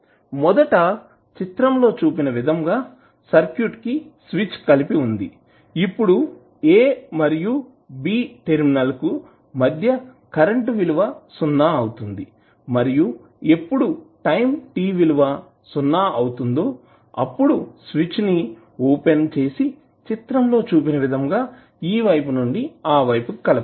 మొదట చిత్రం లో చూపిన విధంగా సర్క్యూట్ కి స్విచ్ కలిపి ఉంది ఇప్పుడు a మరియు b టెర్మినల్ మధ్య కరెంటు విలువ సున్నా అవుతుంది మరియు ఎప్పుడు టైం t విలువ సున్నా అవుతుందో అప్పుడు స్విచ్ ని ఓపెన్ చేసి చిత్రం లో చూపిన విధంగా ఈ వైపు నుండి ఆ వైపు కి కలపాలి